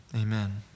amen